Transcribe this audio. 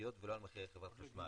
המערכתיות ולא על מחיר חברת החשמל",